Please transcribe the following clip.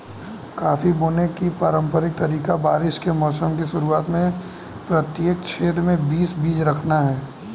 coffee बोने का पारंपरिक तरीका बारिश के मौसम की शुरुआत में प्रत्येक छेद में बीस बीज रखना है